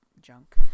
junk